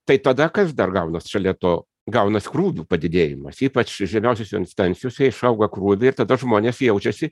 tai tada kas dar gaunas šalia to gaunas krūvių padidėjimas ypač žemiausiose instancijose išauga krūviai ir tada žmonės jaučiasi